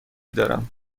دارم